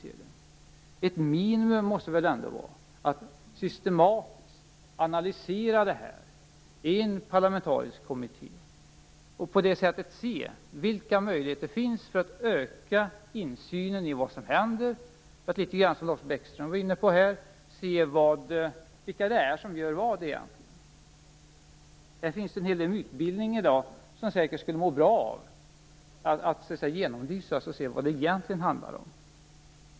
Ett minimum måste väl ändå vara att systematiskt analysera dessa problem i en parlamentarisk kommitté och på det sättet se vilka möjligheter det finns att öka insynen i vad som händer och, som Lars Bäckström var inne på, se vilka som egentligen gör vad. Det finns en hel del mytbildning i dag som säkert skulle må bra av att genomlysas för att se vad det hela egentligen handlar om.